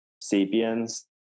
Sapiens